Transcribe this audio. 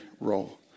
role